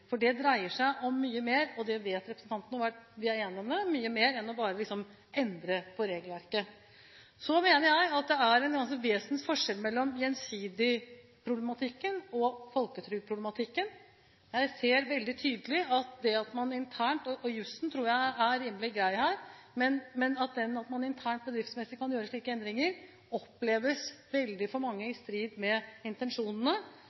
Det dreier seg om mye mer, og det vet representantene. Vi er enige om at det er mye mer enn bare å endre på regelverket. Så mener jeg at det er en vesensforskjell mellom Gjensidigedom-problematikken og folketrygdproblematikken. Jeg ser veldig tydelig at det at man internt i bedriften – og jeg tror jusen er rimelig grei her – kan gjøre slike endringer, for veldig mange oppleves å være i strid med intensjonene. Men Banklovkommisjonen er viktig, for